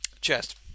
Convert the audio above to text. Chest